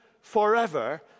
forever